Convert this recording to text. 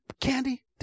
candy